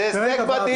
זה הישג מדהים.